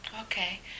Okay